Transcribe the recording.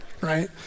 right